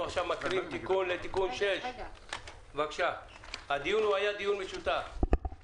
אנחנו מקריאים תיקון לתיקון 6. הדיון היה דיון משותף,